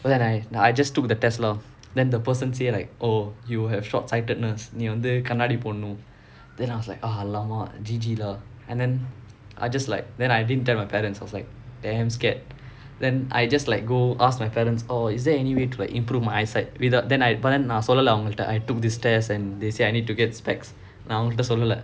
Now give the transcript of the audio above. but then I I just took the test lah then the person say like oh you have short sightedness நீ வந்து கண்ணாடி போடணும்:nee vanthu kannaadi podanum then I was like ah !alamak! G_G lah then I just like I didn't tell my parents I was like damn scared then I just like go ask my parents oh is there any way to improve my eyesight then I சொல்லல அவங்கிட்ட:sollala avangkitta I took this test they say I need to get spectacles நான் அவங்ககிட்ட சொல்லல:naan avangakitta sollala